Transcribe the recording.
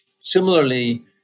Similarly